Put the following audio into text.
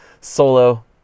solo